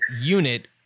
unit